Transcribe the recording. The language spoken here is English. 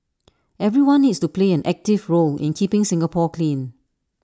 everyone needs to play an active role in keeping Singapore clean